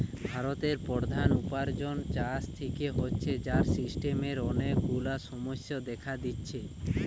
ভারতের প্রধান উপার্জন চাষ থিকে হচ্ছে, যার সিস্টেমের অনেক গুলা সমস্যা দেখা দিচ্ছে